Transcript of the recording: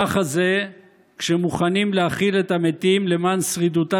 ככה זה כשמוכנים להכיל את המתים למען שרידותה